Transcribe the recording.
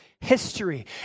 history